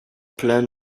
plan